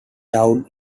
town